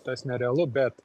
tas nerealu bet